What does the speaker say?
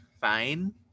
fine